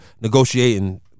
negotiating